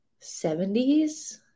70s